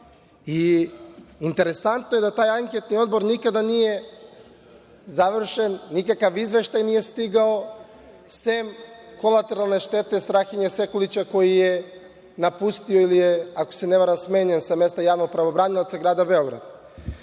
Interesantno je da taj anketni odbor nikada nije završen, nikakav izveštaj nije stigao, sem kolateralne štete Strahinje Sekulića koji je napustio, ili je, ako se ne varam, smenjen sa mesta javnog pravobranioca Grada Beograda.